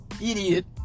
idiot